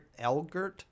Elgert